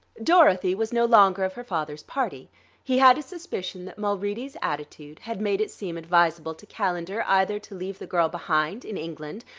dorothy was no longer of her father's party he had a suspicion that mulready's attitude had made it seem advisable to calendar either to leave the girl behind, in england,